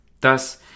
Thus